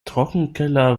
trockenkeller